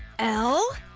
elle?